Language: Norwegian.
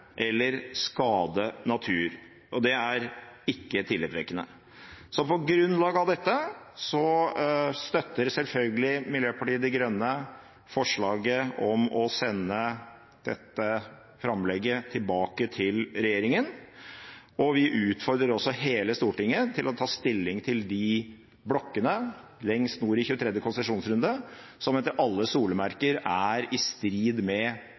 eller skade natur. Det er ikke tillitvekkende. På grunnlag av dette støtter selvfølgelig Miljøpartiet De Grønne forslaget om å sende dette framlegget tilbake til regjeringen, og vi utfordrer også hele Stortinget til å ta stilling til blokkene lengst nord i 23. konsesjonsrunde, som etter alle solemerker er i strid med